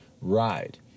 ride